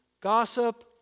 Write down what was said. gossip